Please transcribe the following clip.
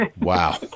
Wow